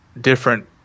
different